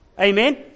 Amen